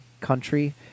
country